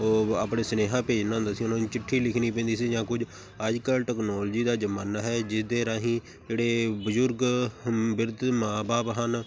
ਉਹ ਆਪਣੇ ਸੁਨੇਹਾ ਭੇਜਣਾ ਹੁੰਦਾ ਸੀ ਉਹਨਾਂ ਨੂੰ ਚਿੱਠੀ ਲਿਖਣੀ ਪੈਂਦੀ ਸੀ ਜਾਂ ਕੁਝ ਅੱਜ ਕੱਲ੍ਹ ਟੈਕਨੋਲਜੀ ਦਾ ਜ਼ਮਾਨਾ ਹੈ ਜਿਸ ਦੇ ਰਾਹੀਂ ਜਿਹੜੇ ਬਜ਼ੁਰਗ ਬਿਰਧ ਮਾਂ ਬਾਪ ਹਨ